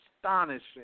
astonishing